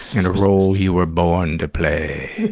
in a role you were born to play.